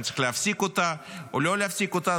אם צריך להפסיק אותה או לא להפסיק אותה,